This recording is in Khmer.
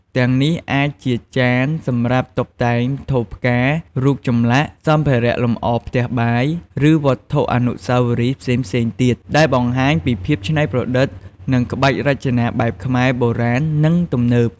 ទាំងនេះអាចជាចានសម្រាប់តុបតែង ថូផ្កា រូបចម្លាក់ សម្ភារៈលម្អផ្ទះបាយ ឬវត្ថុអនុស្សាវរីយ៍ផ្សេងៗទៀត ដែលបង្ហាញពីភាពច្នៃប្រឌិត និងក្បាច់រចនាបែបខ្មែរ បុរាណ និងទំនើប។